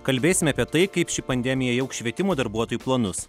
kalbėsime apie tai kaip ši pandemija jauks švietimo darbuotojų planus